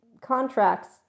contracts